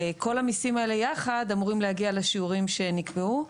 כל המיסים האלה יחד אמורים להגיע לשיעורים שנקבעו.